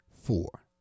four